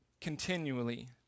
continually